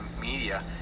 media